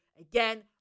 again